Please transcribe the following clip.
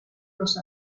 los